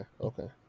okay